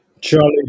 Charlie